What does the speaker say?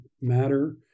matter